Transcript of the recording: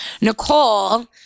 Nicole